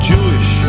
Jewish